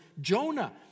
Jonah